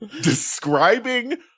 Describing